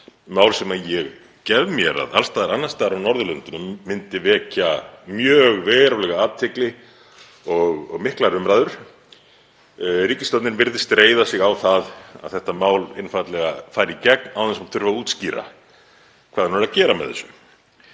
mál sem ég gef mér að alls staðar annars staðar á Norðurlöndunum myndi vekja mjög verulega athygli og miklar umræður. Ríkisstjórnin virðist reiða sig á það að þetta mál einfaldlega fara í gegn án þess að þurfa að útskýra hvað hún er að gera með þessu.